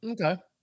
Okay